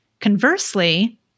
Conversely